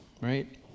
right